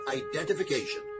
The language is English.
identification